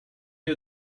you